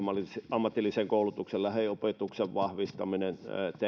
ammatillisen koulutuksen lähiopetuksen vahvistaminen